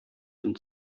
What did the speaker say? dem